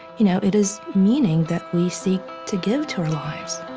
you know it is meaning that we seek to give to our lives